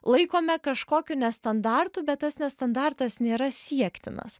laikome kažkokiu nestandartu bet tas nestandartas nėra siektinas